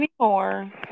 anymore